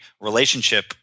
relationship